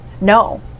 No